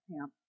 camp